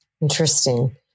Interesting